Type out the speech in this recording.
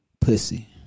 pussy